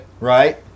Right